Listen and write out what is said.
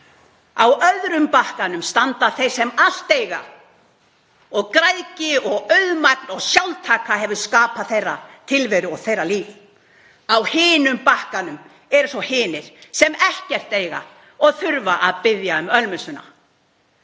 Á öðrum bakkanum standa þeir sem allt eiga og græðgi og auðmagn og sjálftaka hefur skapað þeirra tilveru og þeirra líf. Á hinum bakkanum eru svo hinir sem ekkert eiga og þurfa að biðja um ölmusuna.